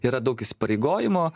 yra daug įsipareigojimo